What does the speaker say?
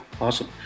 Awesome